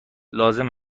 لازم